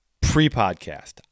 pre-podcast